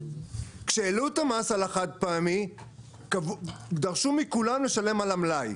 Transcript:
כשהעלו את המס על החד-פעמי דרשו מכולם לשלם עבור מלאי,